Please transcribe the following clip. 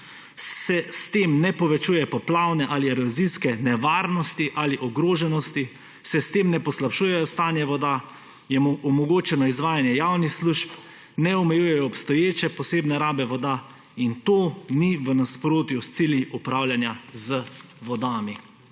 se s tem ne povečuje poplavne ali erozijske nevarnosti ali ogroženosti; se s tem ne poslabšuje stanje voda, je omogočeno izvajanje javnih služb, ne omejujejo obstoječe posebne rabe voda in to ni v nasprotju s cilji upravljanja z vodami.